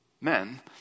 men